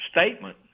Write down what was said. statement